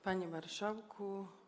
Panie Marszałku!